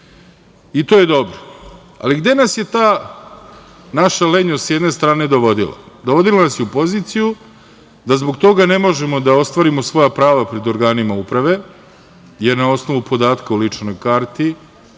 i to je dobro. Ali, gde nas je ta naša lenjost s jedne strane dovodila? Dovodila nas je u poziciju da zbog ne možemo da ostvarimo svoja prava pred organima uprave, jer na osnovu podatka o ličnoj karti